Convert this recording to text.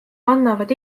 annavad